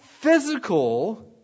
physical